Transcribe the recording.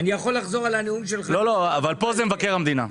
אני יכול לחזור על הנאום שלך אבל כאן זה מבקר המדינה.